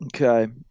okay